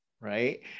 Right